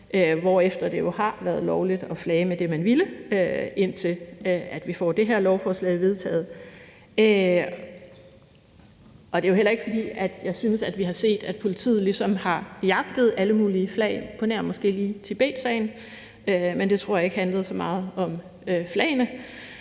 hvorefter det jo har været lovligt at flage med det flag, man ville, og det vil det være, indtil vi får det her lovforslag vedtaget. Det er jo heller ikke, fordi jeg synes, vi har set, at politiet ligesom har været på jagt efter alle mulige flag, på nær måske lige i Tibetsagen, men det tror jeg ikke handlede så meget om flagene,